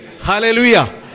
Hallelujah